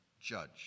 Judge